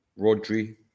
Rodri